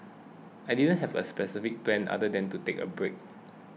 I didn't have a specific plan other than to take a break